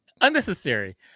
unnecessary